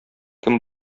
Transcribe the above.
кем